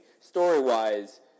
story-wise